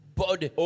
body